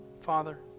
Father